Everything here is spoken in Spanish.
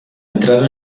entrado